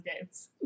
games